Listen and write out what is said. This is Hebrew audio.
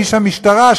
איש המשטרה,